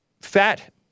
fat